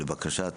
לבקשת